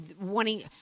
wanting